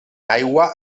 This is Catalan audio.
aigua